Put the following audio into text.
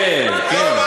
כן, כן, כן, כן.